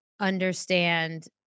understand